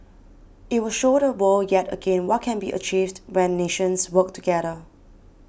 it will show the world yet again what can be achieved when nations work together